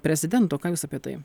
prezidento ką jūs apie tai